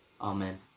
Amen